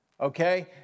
Okay